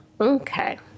Okay